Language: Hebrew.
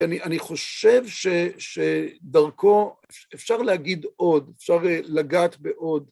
אני חושב שדרכו, אפשר להגיד עוד, אפשר לגעת בעוד.